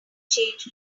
change